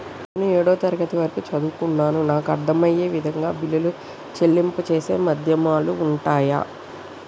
నేను ఏడవ తరగతి వరకు చదువుకున్నాను నాకు అర్దం అయ్యే విధంగా బిల్లుల చెల్లింపు చేసే మాధ్యమాలు ఉంటయా?